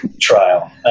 trial